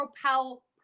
propel